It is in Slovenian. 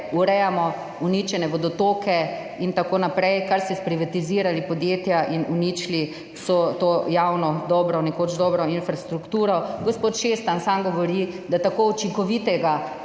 Urejamo uničene vodotoke in tako naprej, kar ste sprivatizirali, podjetja, in uničili vso to javno, dobro, nekoč dobro infrastrukturo. Gospod Šestan sam govori, da tako učinkovite